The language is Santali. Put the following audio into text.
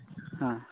ᱦᱮᱸ